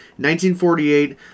1948